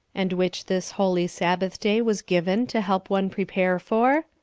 and which this holy sabbath day was given to help one prepare for?